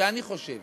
שאני חושב